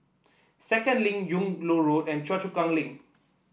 Second Link Yung Loh Road and Choa Chu Kang Link